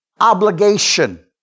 Obligation